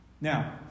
Now